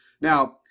Now